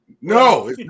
No